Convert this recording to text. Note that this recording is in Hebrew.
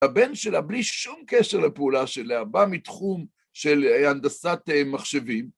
הבן שלה, בלי שום קשר לפעולה שלה, בא מתחום של הנדסת מחשבים.